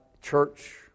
church